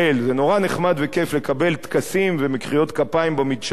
זה נורא נחמד וכיף לקבל טקסים ומחיאות כפיים במדשאות,